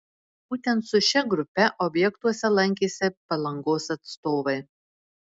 būtent su šia grupe objektuose lankėsi palangos atstovai